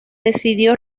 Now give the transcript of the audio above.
decidió